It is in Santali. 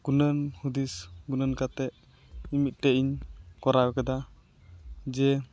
ᱜᱩᱱᱟᱹᱱ ᱦᱩᱫᱤᱥ ᱜᱩᱱᱟᱹᱱ ᱠᱟᱛᱮᱫ ᱢᱤᱫᱴᱮᱱ ᱤᱧ ᱠᱚᱨᱟᱣ ᱠᱮᱫᱟ ᱡᱮ